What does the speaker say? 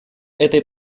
этой